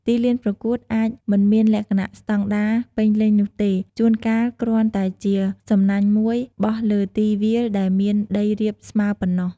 ទីលានប្រកួតអាចមិនមានលក្ខណៈស្តង់ដារពេញលេញនោះទេ ជួនកាលគ្រាន់តែជាសំណាញ់មួយបោះលើទីវាលដែលមានដីរាបស្មើប៉ុណ្ណោះ។